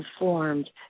informed